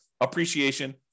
appreciation